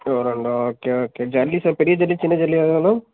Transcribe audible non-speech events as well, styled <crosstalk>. <unintelligible> okay okay ஜல்லி sir பெரிய ஜல்லி சின்ன ஜல்லியா எது வேணும்